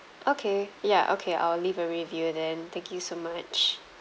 okay ya okay I'll leave a review then thank you so much